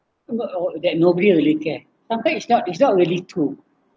that nobody really care sometime it's not it's not really true